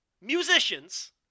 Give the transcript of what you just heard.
musicians